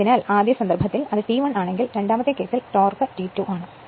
അതിനാൽ ആദ്യ സന്ദർഭത്തിൽ അത് T1 ആണെങ്കിൽ രണ്ടാമത്തെ കേസിൽ ടോർക്ക് T2 ആണ്